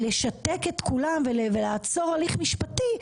לשתק את כולם ולעצור הליך משפטי,